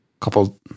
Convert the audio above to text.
couple